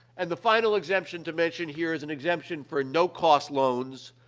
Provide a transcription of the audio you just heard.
and the final exemption to mention here is an exemption for no-cost loans.